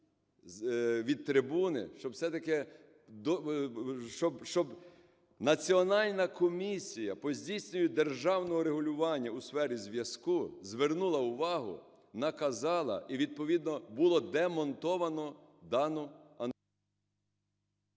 від трибуни, щоб все-таки Національна комісія по здійсненню державного регулювання у сфері зв'язку звернула увагу, наказала і відповідно було демонтовано дану…